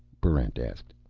barrent asked.